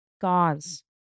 gauze